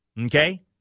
okay